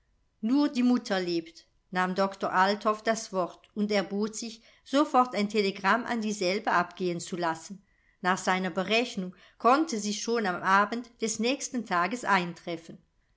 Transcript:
nur die mutter lebt nahm doktor althoff das wort und erbot sich sofort ein telegramm an dieselbe abgehen zu lassen nach seiner berechnung konnte sie schon am abend des nächsten tages eintreffen